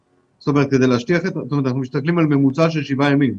אנחנו מסתכלים על ממוצע של 7 ימים,